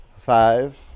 five